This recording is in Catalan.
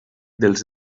dels